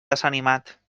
desanimat